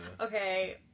Okay